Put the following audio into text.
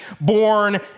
born